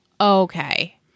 okay